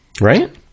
Right